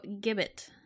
Gibbet